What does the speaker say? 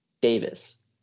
Davis